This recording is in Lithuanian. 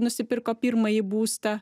nusipirko pirmąjį būstą